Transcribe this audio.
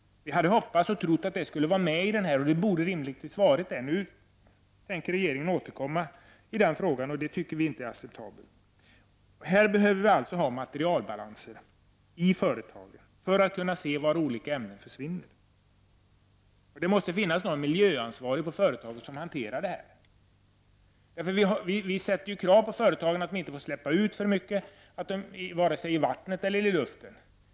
Vi hade hoppats och trott att detta skulle finnas med i denna proposition, och det borde ha varit det. Men nu tänker regeringen återkomma i denna fråga, vilket vi inte anser är acceptabelt. Här behöver vi alltså ha materialbalanser i företagen för att kunna se vart olika ämnen försvinner. Det måste finnas någon miljöansvarig på företagen som hanterar frågan. Vi ställer krav på företagen för att de inte får släppa ut för mycket vare sig i vattnet eller i luften.